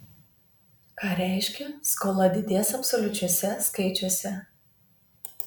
ką reiškia skola didės absoliučiuose skaičiuose